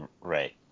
Right